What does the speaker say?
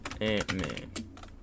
Ant-Man